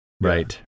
Right